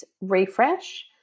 refresh